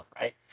right